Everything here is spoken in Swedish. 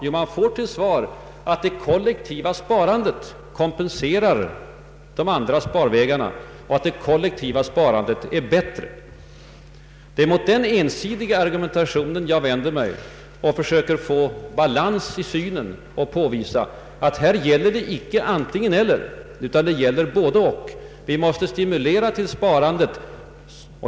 Jo, att det kollektiva sparandet kompenserar de andra sparvägarna och att det kollektiva sparandet är bättre. Det är mot en sådan ensidig argumentation jag vänt mig. Jag försöker få balans och påvisa att det här inte gäller antingen — eller utan både — och. Vi måste stimulera till sparande.